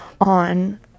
on